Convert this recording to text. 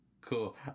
cool